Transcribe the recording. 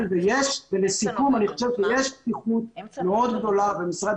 -- לסיכום אני חושב שיש פתיחות מאוד גדולה במשרד